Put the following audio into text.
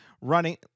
running